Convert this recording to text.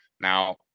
Now